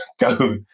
go